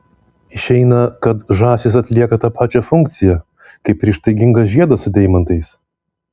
išeina kad žąsys atlieka tą pačią funkciją kaip ir ištaigingas žiedas su deimantais